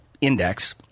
index